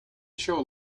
show